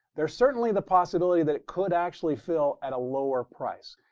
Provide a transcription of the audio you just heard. there's certainly the possibility that it could actually fill at a lower price.